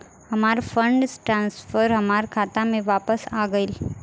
हमार fund transfer हमार खाता में वापस आ गइल